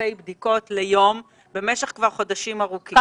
עשרות-אלפי בדיקות ליום במשך חודשים ארוכים כבר.